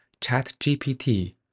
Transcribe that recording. ChatGPT